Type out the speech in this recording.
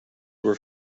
were